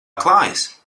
klājas